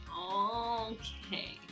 Okay